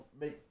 make